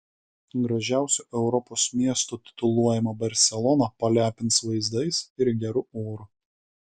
gražiausiu europos miestu tituluojama barselona palepins vaizdais ir geru oru